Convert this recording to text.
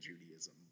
Judaism